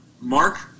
Mark